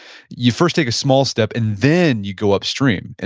you first take a small step and then you go upstream. and